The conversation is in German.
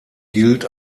gilt